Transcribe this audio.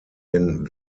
den